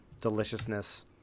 deliciousness